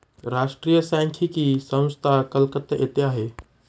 राष्ट्रीय सांख्यिकी संस्था कलकत्ता येथे आहे